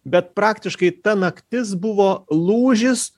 bet praktiškai ta naktis buvo lūžis